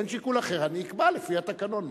באין שיקול אחר, אני אקבע לפי התקנון.